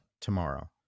tomorrow